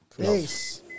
peace